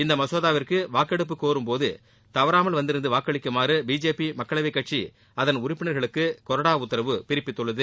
இந்த மசோதாவிற்கு வாக்கெடுப்பு கோரும் போது தவறாமல் வந்திருந்து வாக்களிக்குமாறு பிஜேபி மக்களவை கட்சி அதன் உறுப்பினா்களுக்கு கொறடா உத்தரவு பிறப்பித்துள்ளது